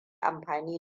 amfani